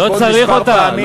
לא צריך אותה.